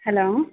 hello